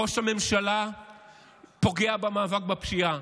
ראש הממשלה פוגע במאבק בפשיעה.